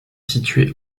située